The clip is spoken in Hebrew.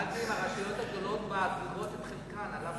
שאלתי אם הרשויות הגדולות מעבירות את חלקן על אף התנגדותן.